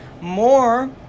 more